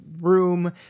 room